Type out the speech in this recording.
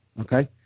Okay